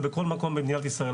ובכל מקום במדינת ישראל.